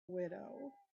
widow